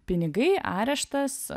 pinigai areštas